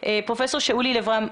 פרופ' שאולי לב רן,